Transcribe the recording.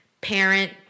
parent